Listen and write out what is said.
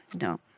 no